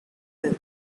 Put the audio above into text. hill